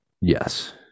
Yes